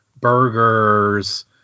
burgers